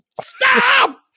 stop